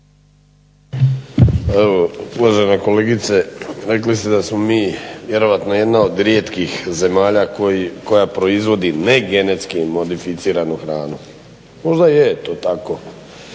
uvažena kolegice, rekli ste da smo mi vjerojatno jedna od rijetkih zemalja koja proizvodi negenetski modificiranu hranu. Možda je to tako,